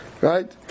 Right